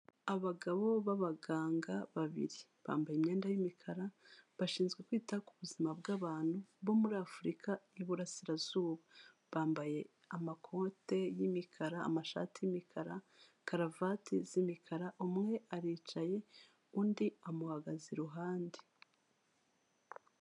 Abagabo b'abaganga babiri bambaye imyenda y'umukara bashinzwe kwita ku buzima bw'abantu bo muri Afurika y'iburasirazuba, bambaye amakote y'imikara amashati y'imikara karavati z'imikara umwe aricaye undi amuhagaze iruhande.